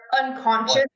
unconscious